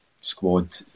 squad